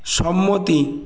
সম্মতি